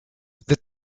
the